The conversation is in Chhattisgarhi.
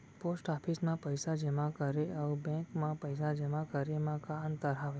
पोस्ट ऑफिस मा पइसा जेमा करे अऊ बैंक मा पइसा जेमा करे मा का अंतर हावे